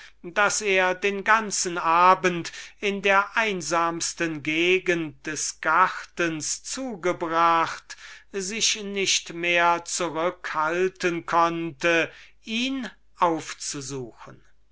daß er den ganzen abend in der einsamsten gegend des gartens zugebracht sich nicht mehr zurückhalten konnte ihn aufzusuchen